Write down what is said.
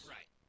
Right